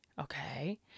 okay